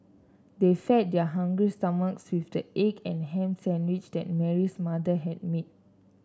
they fed their hungry stomachs with the egg and ham sandwiches that Mary's mother had made